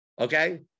Okay